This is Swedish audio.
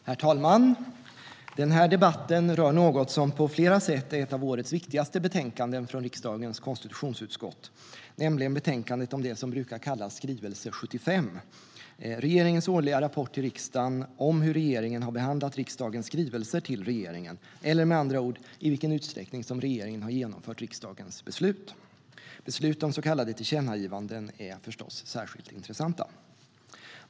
Herr talman! Den här debatten rör något som på flera sätt är ett av årets viktigaste betänkanden från riksdagens konstitutionsutskott, nämligen betänkandet om det som brukar kallas skrivelse 75, regeringens årliga rapport till riksdagen om hur regeringen har behandlat riksdagens skrivelser till regeringen eller med andra ord i vilken utsträckning regeringen har genomfört riksdagens beslut. Beslut om så kallade tillkännagivanden är förstås särskilt intressanta.